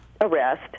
arrest